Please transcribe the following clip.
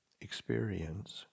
experience